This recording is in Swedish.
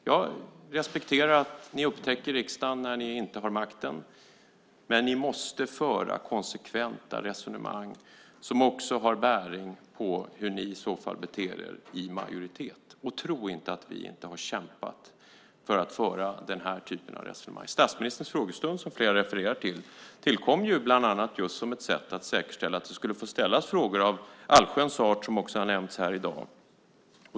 Jag respekterar att ni upptäcker riksdagen när ni inte har makten, men ni måste föra konsekventa resonemang som också har bäring på hur ni i så fall beter er i majoritet. Och tro inte att vi inte har kämpat för att föra den här typen av resonemang! Statsministerns frågestund, som flera refererar till, tillkom bland annat just för att säkerställa att det skulle få ställas frågor av allsköns art, som också har nämnts här i dag.